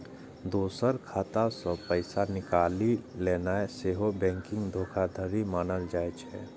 दोसरक खाता सं पैसा निकालि लेनाय सेहो बैंकिंग धोखाधड़ी मानल जाइ छै